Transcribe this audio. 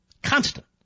Constant